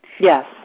Yes